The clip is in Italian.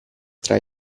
tra